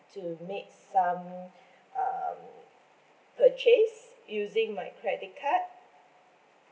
to make some um purchase using my credit card